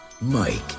Mike